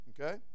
Okay